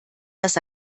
das